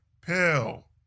pill